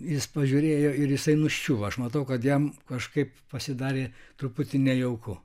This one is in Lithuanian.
jis pažiūrėjo ir jisai nuščiūva aš matau kad jam kažkaip pasidarė truputį nejauku